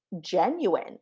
genuine